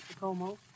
Como